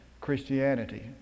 Christianity